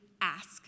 ask